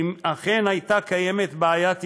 שאם אכן הייתה קיימת בעיית ייצוג,